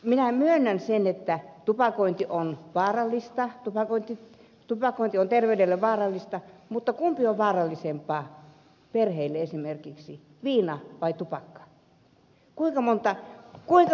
minä myönnän sen että tupakointi on terveydelle vaarallista mutta kumpi on vaarallisempaa perheille esimerkiksi viina vai tupakka